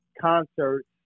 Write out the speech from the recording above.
concerts